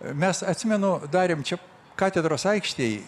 mes atsimenu darėm čia katedros aikštėj